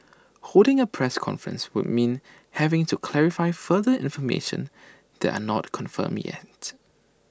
holding A press conference would mean having to clarify further information that are not confirmed yet